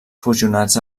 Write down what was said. fusionats